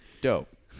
dope